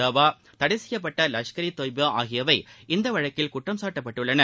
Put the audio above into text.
தாவா தடை செய்யப்பட்ட லஷ்கி தொய்பா ஆகியவை இந்த வழக்கில் குற்றம் சாட்டப்பட்டுள்ளன